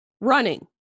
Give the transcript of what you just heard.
running